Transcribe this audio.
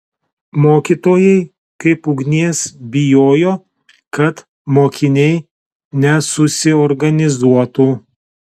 mokytojai kaip ugnies bijojo kad mokiniai nesusiorganizuotų